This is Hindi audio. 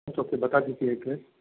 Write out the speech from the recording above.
तो बता दीजिए अड्रेस